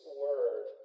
word